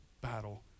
battle